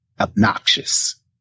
obnoxious